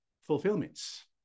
fulfillments